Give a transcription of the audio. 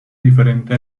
diferente